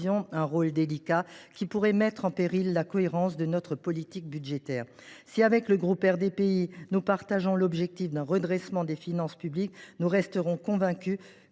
un rôle délicat qui pourrait mettre en péril la cohérence de notre politique budgétaire. Si le groupe RDPI partage l’objectif d’un redressement des finances publiques, nous restons convaincus